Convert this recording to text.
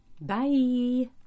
Bye